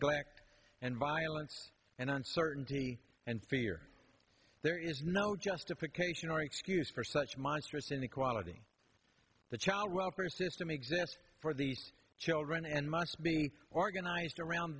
neglect and violence and uncertainty and fear there is no justification or excuse for such monstrous inequality the child welfare system exists for these children and must be organized around